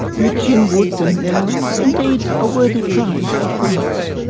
rich in wood and minerals indeed a worthy prize for france.